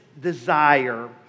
desire